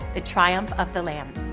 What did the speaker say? the triumph of the lamb.